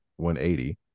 180